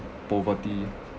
poverty